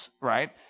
right